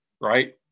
right